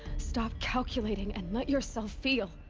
stop calculating and let yourself feel?